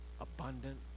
abundant